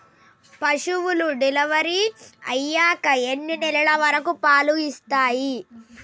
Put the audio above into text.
పశువులు డెలివరీ అయ్యాక ఎన్ని నెలల వరకు పాలు ఇస్తాయి?